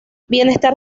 bienestar